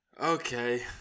Okay